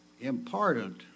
important